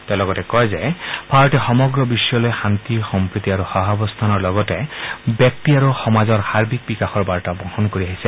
তেওঁ লগতে কয় যে ভাৰতে সমগ্ৰ বিশ্বলৈ শান্তি সম্প্ৰীতি আৰু সহাৱস্থানৰ লগতে ব্যক্তি আৰু সমাজৰ সাৰ্বিক বিকাশৰ বাৰ্তা বহন কৰি আহিছে